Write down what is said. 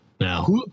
now